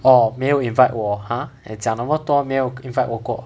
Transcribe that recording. orh 没有 invite 我讲那么多没有 invite 我过